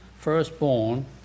firstborn